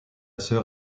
sœur